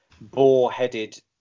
boar-headed